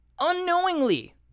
Unknowingly